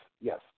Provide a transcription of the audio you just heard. Yes